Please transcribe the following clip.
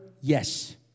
Yes